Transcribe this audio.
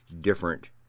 different